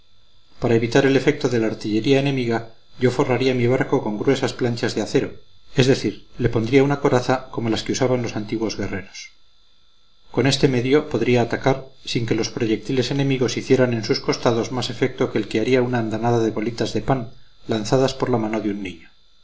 para evitar el efecto de la artillería enemiga yo forraría mi barco con gruesas planchas de acero es decir le pondría una coraza como las que usaban los antiguos guerreros con este medio podría atacar sin que los proyectiles enemigos hicieran en sus costados más efecto que el que haría una andanada de bolitas de pan lanzadas por la mano de un niño